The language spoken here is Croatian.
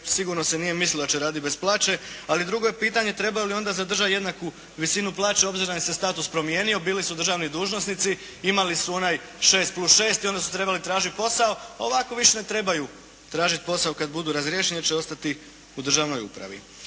sigurno se nije mislilo da će raditi bez plaće. Ali drugo je pitanje treba li onda zadržati jednaku visinu plaće, obzirom da im se status promijenio, bili su državni dužnosnici, imali su onaj 6 + 6 i onda su trebali tražiti posao, a ovako više ne trebaju tražiti posao, kada budu razriješeni jer će ostati u državnoj upravi.